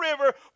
River